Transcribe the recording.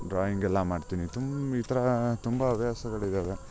ಡ್ರಾಯಿಂಗೆಲ್ಲ ಮಾಡ್ತಿನಿ ತುಂಬ ಈ ಥರ ತುಂಬ ಹವ್ಯಾಸಗಳಿದಾವೆ